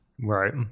Right